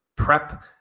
prep